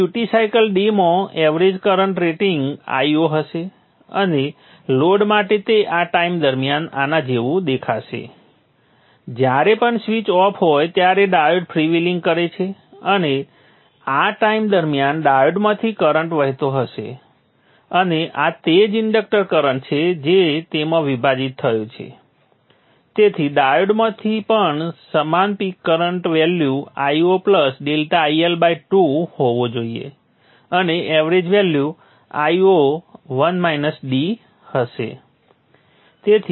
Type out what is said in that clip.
આ duty cycle d માં average current rating Io હશે અને ડાયોડ માટે તે આ ટાઈમ દરમિયાન આના જેવું દેખાશે જ્યારે પણ સ્વીચ ઓફ હોય ત્યારે ડાયોડ ફ્રી વ્હીલિંગ કરે છે અને આ ટાઈમ દરમિયાન ડાયોડમાંથી કરંટ વહેતો હશે અને આ તે જ ઇન્ડક્ટર કરંટ છે જે તેમાં વિભાજિત થયો છે તેથી ડાયોડમાં પણ સમાન peak current value Io ∆IL2 હોવું જોઈએ અને એવરેજ વેલ્યુ Io હશે